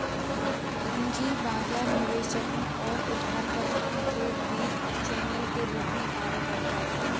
पूंजी बाजार निवेशकों और उधारकर्ताओं के बीच चैनल के रूप में कार्य करता है